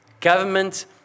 government